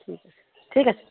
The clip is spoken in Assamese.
ঠিক আছে ঠিক আছে